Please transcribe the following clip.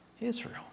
Israel